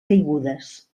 caigudes